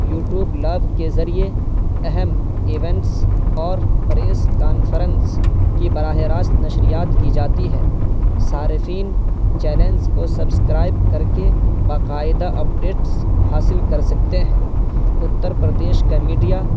YouTube live کے ذریعے اہم ایونٹس اور پریس کانفرنس کی براہ راست نشریات کی جاتی ہے صارفین چیلنج کو سبسکرائب کر کے باقاعدہ اپڈیٹس حاصل کر سکتے ہیں اتر پردیش کا میڈیا